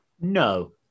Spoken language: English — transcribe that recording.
No